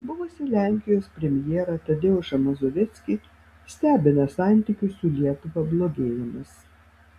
buvusį lenkijos premjerą tadeušą mazoveckį stebina santykių su lietuva blogėjimas